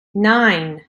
nine